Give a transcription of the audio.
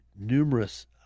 numerous